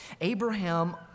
Abraham